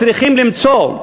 צריך למצוא,